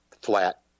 flat